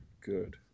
good